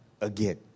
again